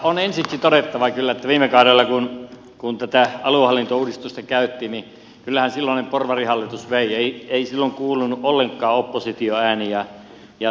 on ensiksi todettava kyllä että viime kaudella kun tätä aluehallintouudistusta käytiin kyllähän silloinen porvarihallitus vei eikä silloin kuulunut ollenkaan opposition ääni